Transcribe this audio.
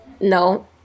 no